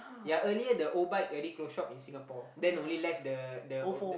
yea earlier the O-Bike already close shop in Singapore then only left the the oh the